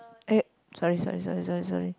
eh sorry sorry sorry sorry sorry